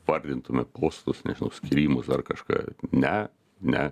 vardintume postus nežinau skyrimus ar kažką ne ne